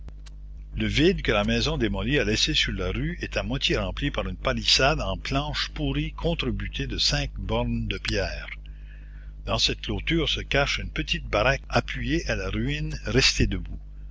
le vide que la maison démolie a laissé sur la rue est à moitié rempli par une palissade en planches pourries contrebutée de cinq bornes de pierre dans cette clôture se cache une petite baraque appuyée à la ruine restée debout